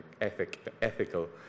ethical